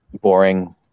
boring